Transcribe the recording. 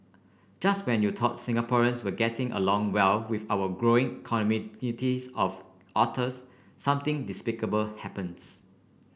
just when you thought Singaporeans were all getting along well with our growing communities of otters something despicable happens